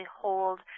hold